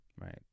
Right